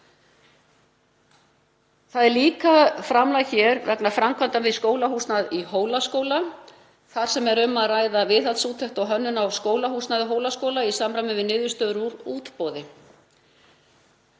Hér er líka framlag vegna framkvæmda við skólahúsnæði við Hólaskóla þar sem er um að ræða viðhaldsúttekt og hönnun á skólahúsnæði Hólaskóla í samræmi við niðurstöður úr útboði.